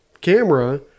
camera